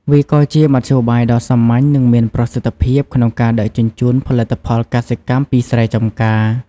វាក៏ជាមធ្យោបាយដ៏សាមញ្ញនិងមានប្រសិទ្ធភាពក្នុងការដឹកជញ្ជូនផលិតផលកសិកម្មពីស្រែចម្ការ។